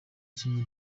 kimwe